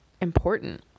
important